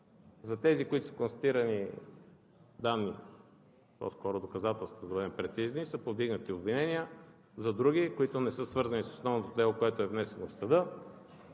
За тези, които са констатирани данни, по-скоро доказателства – да бъдем прецизни, са повдигнати обвинения. За други, които не са свързани с основното дело, което е внесено в съда,